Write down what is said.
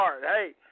Hey